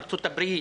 ארצות הברית,